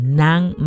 nang